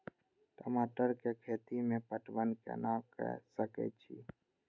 टमाटर कै खैती में पटवन कैना क सके छी?